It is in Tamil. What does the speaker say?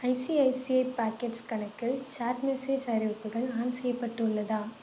ஐசிஐசிஐ பாக்கெட்ஸ் கணக்கில் ச்செட் மெசேஜ் அறிவிப்புகள் ஆன் செய்யப்பட்டுள்ளதா